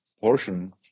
portion